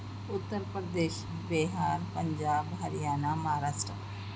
Uttar Pradesh Bihar Punjab Haryana Maharashtra